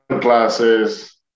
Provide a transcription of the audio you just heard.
classes